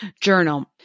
journal